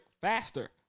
faster